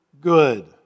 good